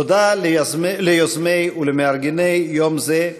תודה ליוזמי ולמארגני יום זה.